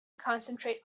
concentrate